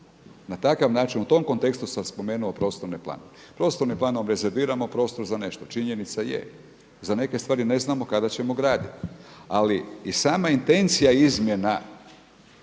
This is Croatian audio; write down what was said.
Na takav način u tom kontekstu sam spomenuo prostorni plan. Prostornim planom rezerviramo prostor za nešto, činjenica je. Za neke stvari ne znamo kada ćemo graditi. Ali i sama intencija izmjena